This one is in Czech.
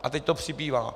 A teď to přibývá.